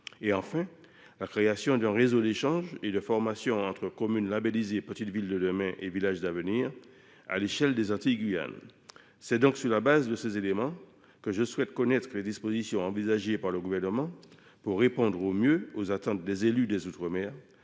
; enfin, créer un réseau d’échanges et de formation entre communes labellisées Petites Villes de demain et Villages d’avenir à l’échelle des Antilles et de la Guyane. Sur le fondement de ces éléments, je souhaite connaître les dispositions envisagées par le Gouvernement pour répondre au mieux aux attentes des élus des outre mer